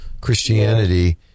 Christianity